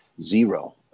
zero